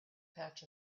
patch